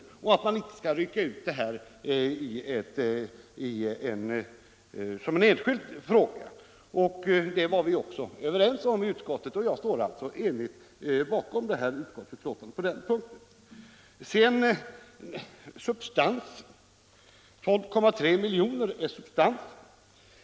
Jag menar att man inte skall rycka ut detta som en särskild fråga. Det var vi också ense om i utskottet. Jag står sålunda enig med utskottet på den punkten. Vad sedan substansen angår så är 12,3 milj.kr. substans.